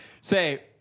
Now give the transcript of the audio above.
Say